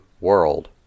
world